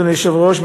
אדוני היושב-ראש,